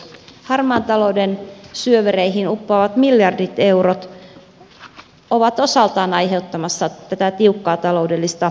harmaan talouden syövereihin uppoavat miljardit eurot ovat osaltaan aiheuttamassa tätä tiukkaa taloudellista tilannetta